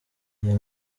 iyo